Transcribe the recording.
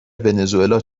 ونزوئلا